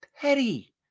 petty